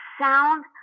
sound